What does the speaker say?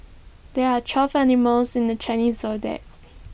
there are twelve animals in the Chinese Zodiac